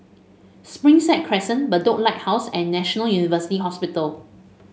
Springside Crescent Bedok Lighthouse and National University Hospital